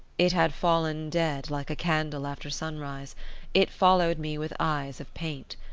it had fallen dead, like a candle after sunrise it followed me with eyes of paint.